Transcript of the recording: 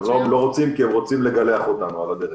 הם לא רוצים, כי הם רוצים "לגלח" אותנו על הדרך.